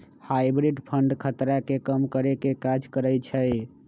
hybrid fund खतरा के कम करेके काज करइ छइ